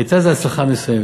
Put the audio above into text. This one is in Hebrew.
הייתה לזה הצלחה מסוימת,